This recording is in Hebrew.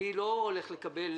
אני לא הולך לקבל